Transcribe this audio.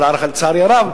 אבל לצערי הרב,